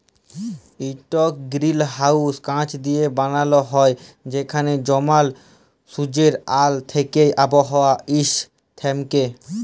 ইকট গিরিলহাউস কাঁচ দিঁয়ে বালাল হ্যয় যেখালে জমাল সুজ্জের আল থ্যাইকে আবহাওয়া উস্ল থ্যাইকে